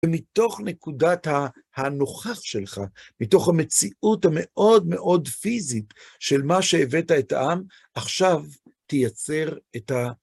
ומתוך נקודת הנוכח שלך, מתוך המציאות המאוד מאוד פיזית של מה שהבאת את העם, עכשיו תייצר את ה...